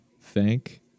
thank